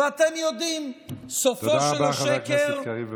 ואתם יודעים, תודה רבה, חבר הכנסת קריב.